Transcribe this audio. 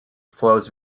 flows